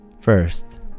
First